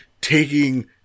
taking